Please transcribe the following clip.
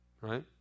right